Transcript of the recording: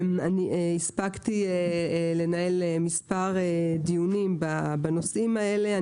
הספקתי לנהל מספר דיונים בנושאים האלה.